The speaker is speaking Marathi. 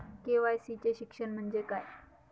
के.वाय.सी चे शिक्षण म्हणजे काय?